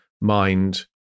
mind